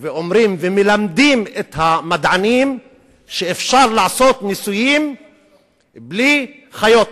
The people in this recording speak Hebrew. ואומרים ומלמדים את המדענים שאפשר לעשות ניסויים בלי חיות.